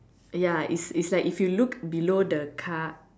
ya it's it's like if you look below the car